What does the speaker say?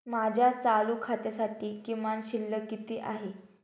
माझ्या चालू खात्यासाठी किमान शिल्लक किती आहे?